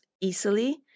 easily